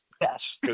Yes